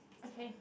okay